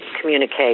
communicate